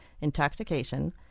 Intoxication